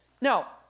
Now